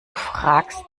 fragst